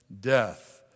death